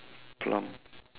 plum